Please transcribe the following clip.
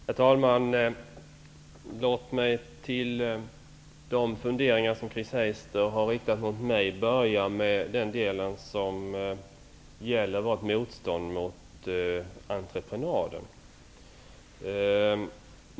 Herr talman! Låt mig av de funderingar som Chris Heister har riktat mot mig först ta upp den som gällde vårt motstånd mot entreprenader.